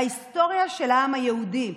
בהיסטוריה של העם היהודי,